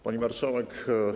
Pani Marszałek!